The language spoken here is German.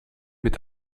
mit